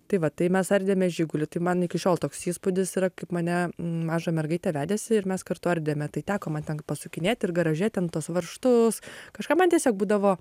tai va tai mes ardėme žigulį tai man iki šiol toks įspūdis yra kaip mane mažą mergaitę vedėsi ir mes kartu ardėme tai teko man ten pasukinėti ir garaže ten tuos varžtus kažką man tiesiog būdavo